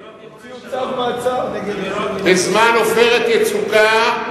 הוציאו צו מעצר נגד, בזמן "עופרת יצוקה",